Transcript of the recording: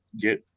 get